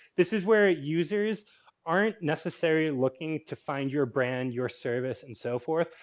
this is where users aren't necessarily looking to find your brand, your service, and so forth.